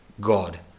god